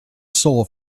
soul